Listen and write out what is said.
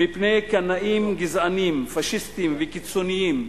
מפני קנאים גזענים, פאשיסטים וקיצונים,